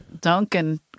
Duncan